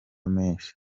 menshi